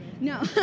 No